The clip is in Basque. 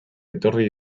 etorri